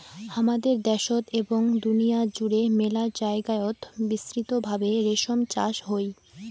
হামাদের দ্যাশোত এবং দুনিয়া জুড়ে মেলা জায়গায়ত বিস্তৃত ভাবে রেশম চাষ হই